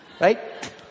right